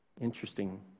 Interesting